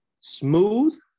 smooth